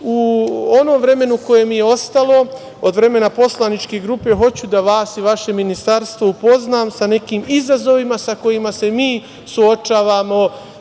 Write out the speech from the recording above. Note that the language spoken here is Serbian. onom vremenu u kojem je ostalo, od vremena poslaničke grupe hoću da vas i vaše Ministarstvo upoznam sa nekim izazovima sa kojima se mi suočavamo